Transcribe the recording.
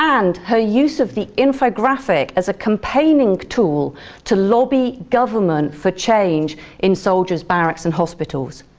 and her use of the infographic as a campaigning tool to lobby government for change in soldiers' barracks and hospitals,